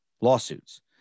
lawsuits